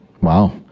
Wow